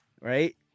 right